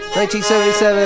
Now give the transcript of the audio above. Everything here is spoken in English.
1977